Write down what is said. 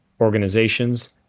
organizations